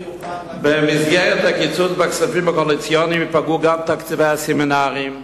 במסגרת הקיצוץ בכספים הקואליציוניים ייפגעו גם תקציבי הסמינרים,